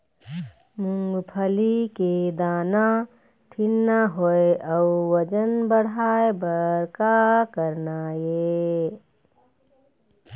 मूंगफली के दाना ठीन्ना होय अउ वजन बढ़ाय बर का करना ये?